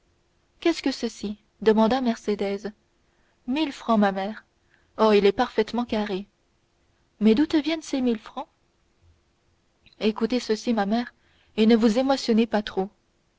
qu'est-ce que ceci demanda mercédès mille francs ma mère oh il est parfaitement carré mais d'où te viennent ces mille francs écoutez ceci ma mère et ne vous émotionnez pas trop